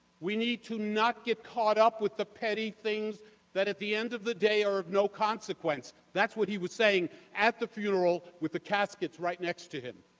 we need to not get caught up with the petty things that at the end of the day are of no consequence. that's what he was saying at the funeral with the caskets right next to him.